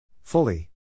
Fully